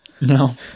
No